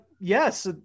yes